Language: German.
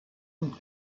und